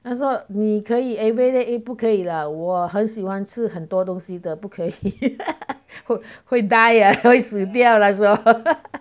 她说你可以 everyday eat 不可以了我很喜欢吃很多东西的不可以 会会 die ah 会死掉啦